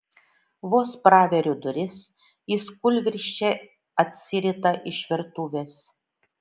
vos praveriu duris jis kūlvirsčia atsirita iš virtuvės